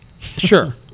Sure